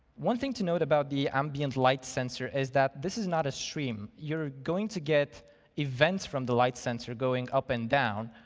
one thing to note about the ambient light sensor is that this is not a stream. you're going to get events from the light sensor going up and down,